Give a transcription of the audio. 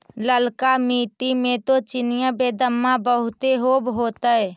ललका मिट्टी मे तो चिनिआबेदमां बहुते होब होतय?